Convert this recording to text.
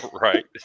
right